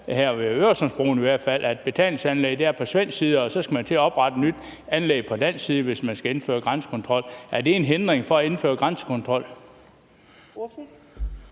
fald ved Øresundsbroen, at betalingsanlægget er på svensk side, og at man så skal til at oprette et nyt anlæg på dansk side, hvis man skal indføre grænsekontrol? Er det en hindring for at indføre grænsekontrol?